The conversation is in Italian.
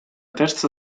terza